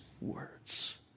words